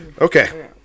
Okay